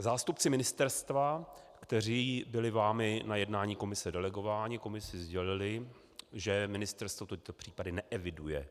Zástupci ministerstva, kteří byli vámi na jednání komise delegováni, komisi sdělili, že ministerstvo tyto případy neeviduje.